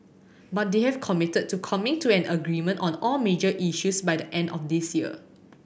but they have committed to coming to an agreement on all major issues by the end of this year